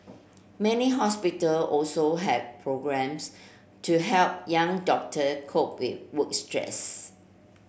many hospital also have programmes to help young doctor cope with work stress